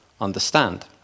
understand